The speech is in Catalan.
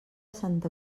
santa